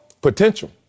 Potential